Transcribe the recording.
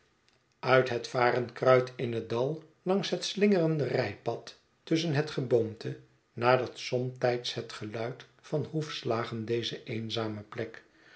uit het varenkruid in het dal langs het slingerende rijpad tusschen het geboomte nadert somtijds het geluid van hoefslagen deze eenzame plek